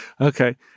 Okay